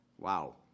Wow